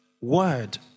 word